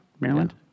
Maryland